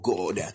God